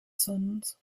sons